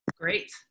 Great